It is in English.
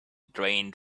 drained